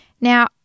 Now